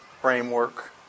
framework